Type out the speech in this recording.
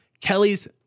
Kelly's